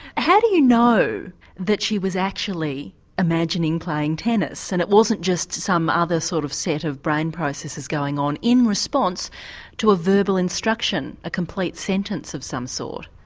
how do you know that she was actually imagining playing tennis and it wasn't just some other sort of set of brain processes going on in response to a verbal instruction, a complete sentence of some sort?